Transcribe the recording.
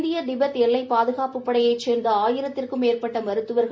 இந்திய திபெத் எல்லைப் பாதுகாப்புப்படையைச் சேர்ந்தஆயிரத்திற்கும் மேற்பட்டமருத்துவர்கள்